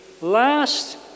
last